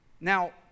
Now